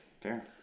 Fair